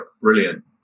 brilliant